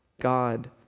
God